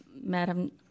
Madam